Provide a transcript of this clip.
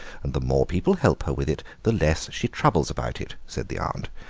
and the more people help her with it the less she troubles about it, said the aunt.